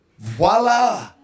Voila